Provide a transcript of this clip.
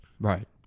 Right